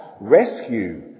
rescue